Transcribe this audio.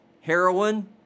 heroin